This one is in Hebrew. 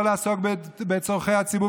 לא לעסוק בצורכי הציבור,